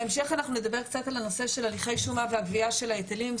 בהמשך אנחנו נדבר קצת על הנושא של הליכי שומה והגבייה של ההיטלים,